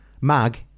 Mag